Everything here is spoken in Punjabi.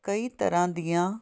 ਕਈ ਤਰ੍ਹਾਂ ਦੀਆਂ